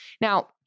Now